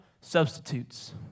substitutes